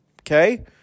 okay